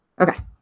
Okay